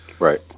Right